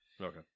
Okay